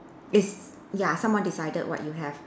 it's ya someone decided what you have